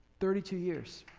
thirty two years,